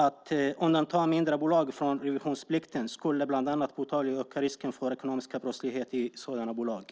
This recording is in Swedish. Att undanta mindre bolag från revisionsplikten skulle bland annat påtagligt öka risken för ekonomisk brottslighet i sådana bolag.